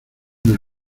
una